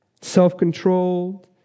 self-controlled